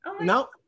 no